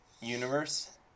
universe